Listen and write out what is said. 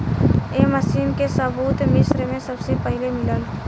ए machine के सबूत मिस्र में सबसे पहिले मिलल